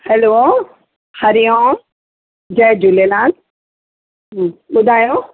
hello Hariom जय झूलेलाल जी ॿुधायो